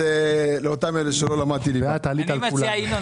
אני מציע, ינון,